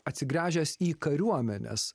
atsigręžęs į kariuomenės